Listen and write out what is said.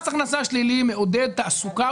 מס הכנסה שלילי מעודד תעסוקה.